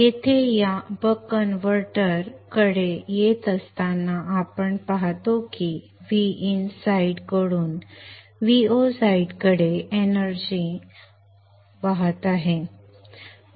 येथे या buck converter कडे येत असताना आपण पाहतो की Vin साइड कडून Vo साइड कडे एनर्जी वाहत आहे